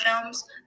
films